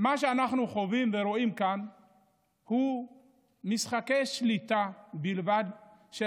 מה שאנחנו חווים ורואים כאן זה משחקי שליטה בלבד של